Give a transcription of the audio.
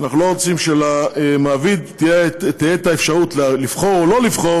אנחנו לא רוצים שלמעביד תהיה אפשרות לבחור או לא לבחור